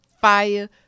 fire